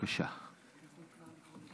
תודה רבה.